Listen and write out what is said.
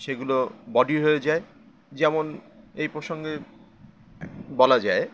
সেগুলো বডি হয়ে যায় যেমন এই প্রসঙ্গে বলা যায়